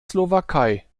slowakei